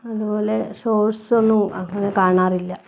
അതുപോലെ ഷോർട്സ് ഒന്നും അങ്ങനെ കാണാറില്ല